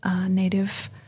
native